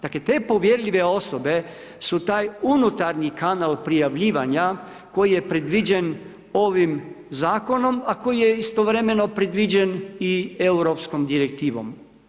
Dakle, te povjerljive osobe su taj unutarnji kanal prijavljivanja koji je predviđen ovim Zakonom, a koji je istovremeno predviđen i Europskom direktivom.